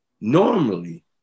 normally